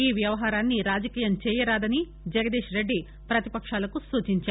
ఈ వ్యవహారాన్ని రాజకీయం చేయరాదని జగదీష్రెడ్డి ప్రపతిపక్షాలకు సూచించారు